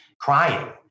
crying